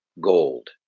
Gold